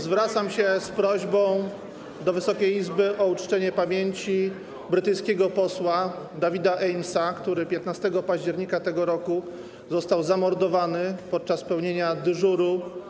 Zwracam się z prośbą do Wysokiej Izby o uczczenie pamięci brytyjskiego posła David Amessa, który 15 października tego roku został zamordowany podczas pełnienia dyżuru.